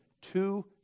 two